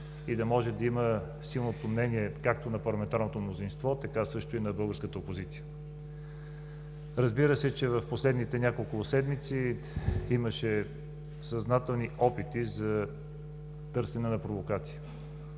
и да може да има силното мнение както на парламентарното мнозинство, така също и на българската опозиция. Разбира се, че в последните няколко седмици имаше съзнателни опити за търсене на провокация.